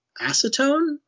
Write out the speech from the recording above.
acetone